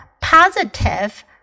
positive